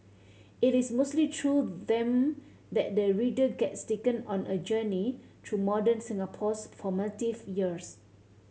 it is mostly through them that the reader gets taken on a journey through modern Singapore's formative years